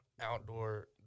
outdoor